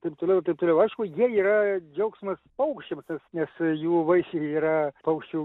taip toliau toliau aišku jie yra džiaugsmas paukščiams nes jų vaisiai yra paukščių